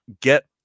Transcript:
get